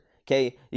okay